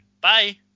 bye